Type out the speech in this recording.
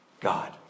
God